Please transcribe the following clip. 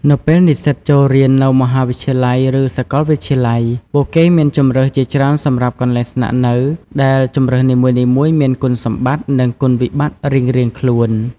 នៅពេលនិស្សិតចូលរៀននៅមហាវិទ្យាល័យ ឬសាកលវិទ្យាល័យ ពួកគេមានជម្រើសជាច្រើនសម្រាប់កន្លែងស្នាក់នៅ ដែលជម្រើសនីមួយៗមានគុណសម្បត្តិ និងគុណវិបត្តិរៀងៗខ្លួន។